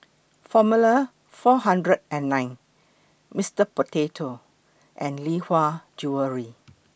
Formula four hundred and nine Mister Potato and Lee Hwa Jewellery